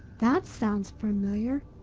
that sounds familiar.